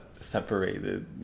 separated